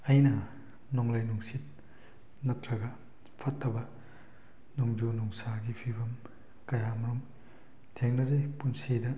ꯑꯩꯅ ꯅꯣꯡꯂꯩ ꯅꯨꯡꯁꯤꯠ ꯅꯠꯇ꯭ꯔꯒ ꯐꯠꯇꯕ ꯅꯣꯡꯖꯨ ꯅꯨꯡꯁꯥꯒꯤ ꯐꯤꯕꯝ ꯀꯌꯥ ꯃꯔꯨꯝ ꯊꯦꯡꯅꯖꯩ ꯄꯨꯟꯁꯤꯗ